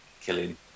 killing